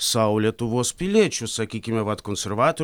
sau lietuvos piliečių sakykime vat konservatorių